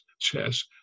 chess